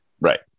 right